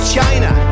China